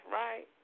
right